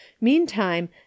Meantime